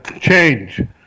change